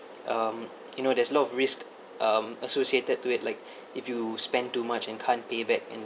um you know there's a lot of risk um associated to it like if you spend too much and can't pay back and